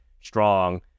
strong